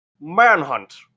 Manhunt